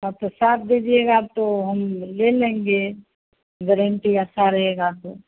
तो साथ दीजिएगा तो हम ले लेंगे गारण्टी अच्छी रहेगी तो